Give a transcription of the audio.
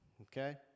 okay